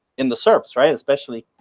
in the serps, right? especially,